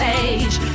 age